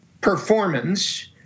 performance